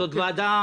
זאת ועדה